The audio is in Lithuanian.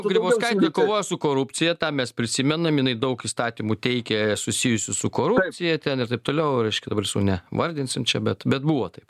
grybauskaitė kovojo su korupcija tą mes prisimenam jinai daug įstatymų teikė susijusių su korupcija ten ir taip toliau reiškia dabar visų ne vardinsim čia bet bet buvo taip